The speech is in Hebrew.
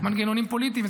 מנגנונים פוליטיים.